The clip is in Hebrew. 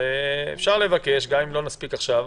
אפשר לבקש, גם אם לא נספיק עכשיו.